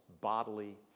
bodily